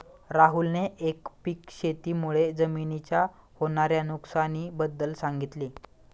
राहुलने एकपीक शेती मुळे जमिनीच्या होणार्या नुकसानी बद्दल सांगितले